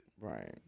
Right